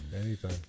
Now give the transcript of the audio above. Anytime